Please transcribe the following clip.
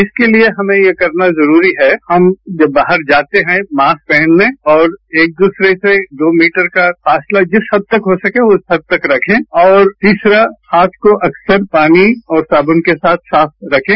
इसके लिए हमें ये करना जरूरी है हम जब बाहर जाते हैं मास्क पहन लें और एक दूसरे से दो मीटर का फासला जिस हद तक हो सके उस हद तक रखें और तीसरा हाथ को अक्सर पानी और साबुन के साथ साफ रखें